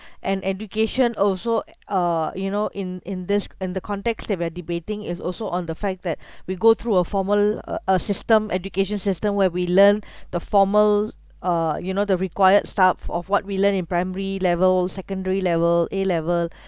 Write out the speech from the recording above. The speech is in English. and education also uh you know in in this in the context that were debating is also on the fact that we go through a formal uh a system education system where we learn the formal uh you know the required stuff of what we learned in primary level secondary level A level